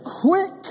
Quick